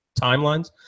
timelines